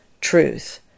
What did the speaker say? truth